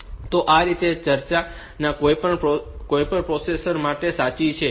તો આ ચર્ચા કોઈપણ પ્રોસેસર માટે સાચી છે